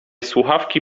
słuchawki